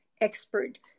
expert